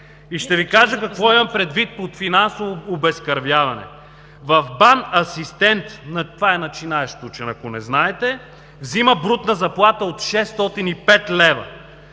Ще Ви кажа какво имам предвид под финансово обезкървяване. В БАН асистент – това е начинаещ учен, ако не знаете, взима брутна заплата от 605 лв.,